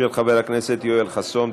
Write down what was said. של חבר הכנסת יואל חסון.